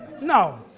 no